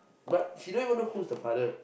but she don't even know who is the father